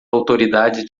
autoridades